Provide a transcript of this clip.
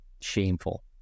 shameful